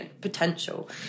potential